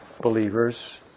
believers